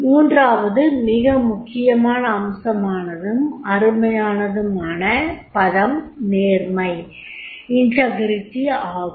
மூன்றாவது மிக முக்கிய அம்சமானதும் அருமையானதுமான பதம் நேர்மை ஆகும்